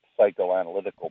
psychoanalytical